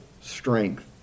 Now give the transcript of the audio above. strength